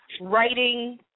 writing